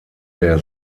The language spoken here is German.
der